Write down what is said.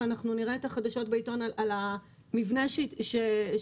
ונראה את החדשות בעיתון על המבנה שהתמוטט